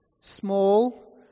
Small